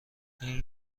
این